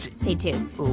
say toots